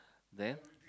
then